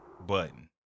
Button